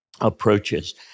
approaches